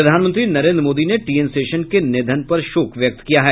प्रधानमंत्री नरेन्द्र मोदी ने T N Seshan के निधन पर शोक व्यक्त किया है